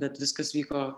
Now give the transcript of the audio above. bet viskas vyko